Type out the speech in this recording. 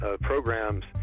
programs